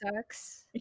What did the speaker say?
sucks